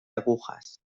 agujas